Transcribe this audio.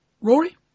Rory